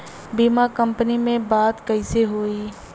बीमा कंपनी में बात कइसे होई?